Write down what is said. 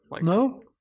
No